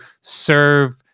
serve